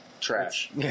Trash